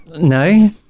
No